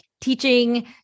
teaching